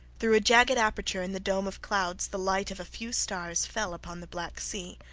through a jagged aperture in the dome of clouds the light of a few stars fell upon the black sea,